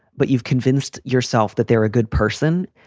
but you've convinced yourself that they're a good person,